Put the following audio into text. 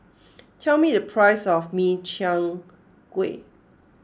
tell me the price of Min Chiang Kueh